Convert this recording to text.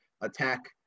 attack